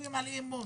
בנויים על אי-אמון.